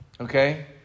Okay